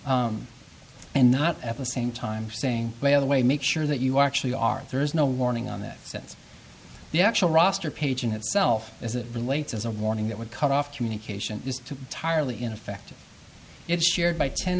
and not at the same time saying by the way make sure that you actually are there is no warning on that sets the actual roster page in itself as it relates as a warning that would cut off communication to tiredly in effect it's shared by ten